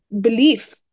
belief